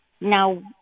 Now